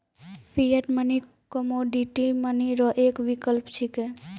fiat money commodity money रो एक विकल्प छिकै